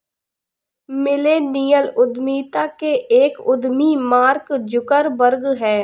millennial उद्यमिता के एक सफल उद्यमी मार्क जुकरबर्ग हैं